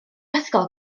ysgol